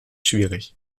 schwierig